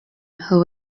who